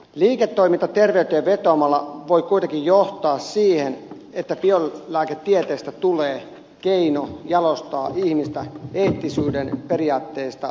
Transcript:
liiketoiminta terveyteen vetoamalla voi kuitenkin johtaa siihen että biolääketieteestä tulee keino jalostaa ihmistä eettisyyden periaatteista välittämättä